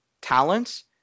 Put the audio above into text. talents